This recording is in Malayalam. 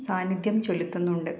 സാന്നിധ്യം ചെലുത്തുന്നുണ്ട്